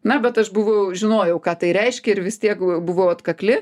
na bet aš buvau žinojau ką tai reiškia ir vis tiek buvau atkakli